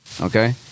Okay